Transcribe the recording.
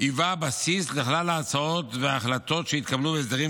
היווה בסיס לכלל ההצעות וההחלטות שהתקבלו בהסדרים